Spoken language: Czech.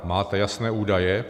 Máte jasné údaje?